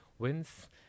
wins